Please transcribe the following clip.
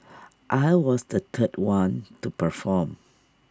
I was the third one to perform